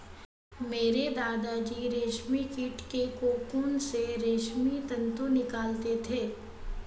मेरे दादा जी रेशमी कीट के कोकून से रेशमी तंतु निकालते थे